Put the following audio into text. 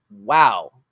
wow